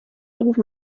rufen